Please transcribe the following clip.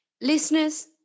Listeners